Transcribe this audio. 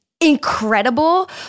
Incredible